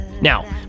Now